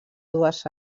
dues